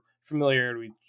familiarity